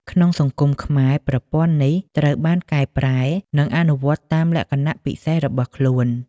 ក្នុងសង្គមខ្មែរ ប្រព័ន្ធនេះត្រូវបានកែប្រែនិងអនុវត្តតាមលក្ខណៈពិសេសរបស់ខ្លួន។